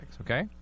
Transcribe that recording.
Okay